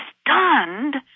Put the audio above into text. stunned